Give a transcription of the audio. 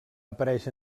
apareix